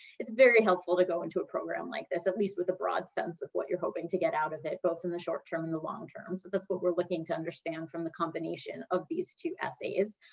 it's very helpful to go into a program like this, at least with a broad sense of what you're hoping to get out of it, both in the short-term and the long-term. so that's what we're looking to understand from the combination of these two essays.